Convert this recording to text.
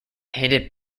handed